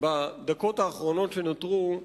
בדקות האחרונות שנותרו,